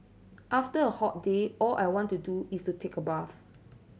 after a hot day all I want to do is to take a bath